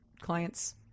clients